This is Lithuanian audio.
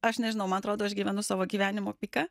aš nežinau man atrodo aš gyvenu savo gyvenimo piką